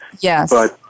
Yes